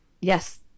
yes